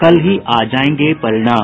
कल ही आ जायेंगे परिणाम